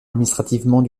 administrativement